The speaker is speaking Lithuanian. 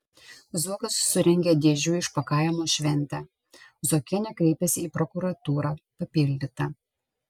zuokas surengė dėžių išpakavimo šventę zuokienė kreipėsi į prokuratūrą papildyta